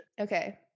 Okay